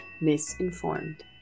misinformed